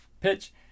pitch